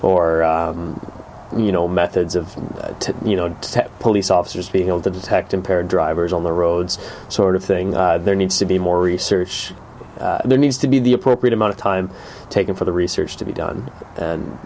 or you know methods of you know police officers being able to detect impaired drivers on the roads sort of thing there needs to be more research there needs to be the appropriate amount of time taken for the research to be done